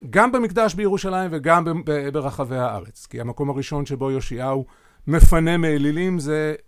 גם במקדש בירושלים וגם ברחבי הארץ כי המקום הראשון שבו יהושיהו מפנה מאלילים זה